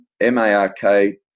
M-A-R-K